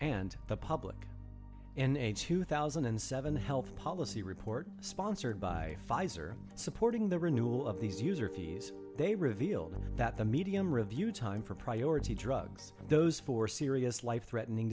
and the public and a two thousand and seven health policy report sponsored by pfizer supporting the renewal of these user fees they revealed that the medium review time for priority drugs and those for serious life threatening